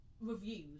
reviews